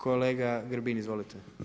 Kolega Grbin, izvolite.